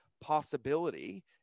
possibility